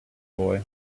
boy